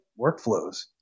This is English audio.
workflows